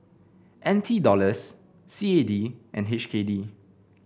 N T Dollars C A D and H K D